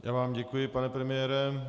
Já vám děkuji, pane premiére.